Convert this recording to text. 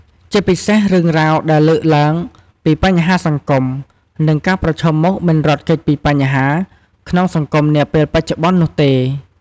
ជាពិសេសរឿងរ៉ាវដែលលើកឡើងពីបញ្ហាសង្គម និងការប្រឈមមុខមិនរត់គេចពីបញ្ហាក្នុងសង្គមនាពេលបច្ចុប្បន្ននោះទេ ។